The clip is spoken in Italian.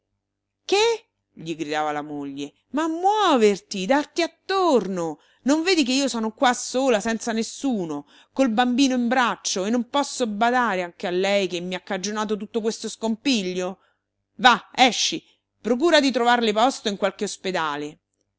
che gli gridava la moglie ma muoverti darti attorno non vedi che io sono qua sola senza nessuno col bambino in braccio e non posso badare anche a lei che mi ha cagionato tutto questo scompiglio va esci procura di trovarle posto in qualche ospedale